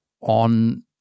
on